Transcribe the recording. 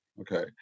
Okay